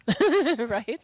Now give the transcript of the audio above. right